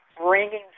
bringing